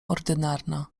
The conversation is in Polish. ordynarna